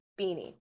beanie